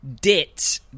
Dit